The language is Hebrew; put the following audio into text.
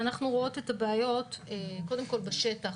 אנחנו רואות את הבעיות קודם כול בשטח,